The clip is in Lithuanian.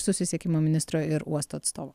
susisiekimo ministro ir uosto atstovo